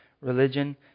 religion